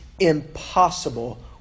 Impossible